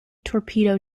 torpedo